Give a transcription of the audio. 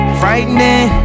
frightening